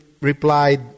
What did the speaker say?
replied